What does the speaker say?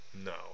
no